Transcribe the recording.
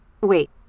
Wait